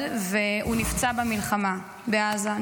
נפצע במלחמה בעזה,